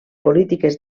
polítiques